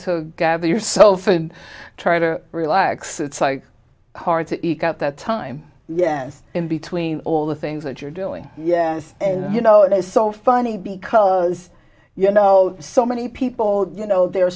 to gather yourself and try to relax it's like hard to eke out the time yes in between all the things that you're doing yes and you know it is so funny because you know so many people you know they're